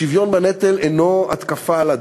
השוויון בנטל אינו התקפה על הדת.